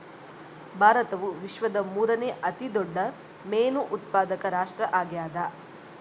ಭಾರತವು ವಿಶ್ವದ ಮೂರನೇ ಅತಿ ದೊಡ್ಡ ಮೇನು ಉತ್ಪಾದಕ ರಾಷ್ಟ್ರ ಆಗ್ಯದ